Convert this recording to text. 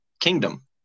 kingdom